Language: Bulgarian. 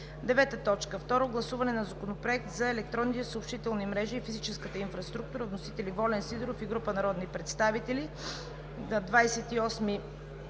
2017 г. 9. Второ гласуване на Законопроекта за електронните съобщителни мрежи и физическа инфраструктура. Вносители – Волен Сидеров и група народни представители,